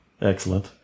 Excellent